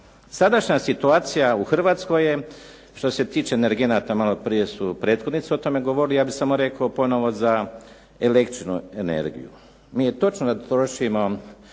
Sadašnja situacija u Hrvatskoj je, što se tiče energenata maloprije su prethodnici o tome govorili, ja bih samo rekao ponovo za električnu energiju. Nije točno da trošimo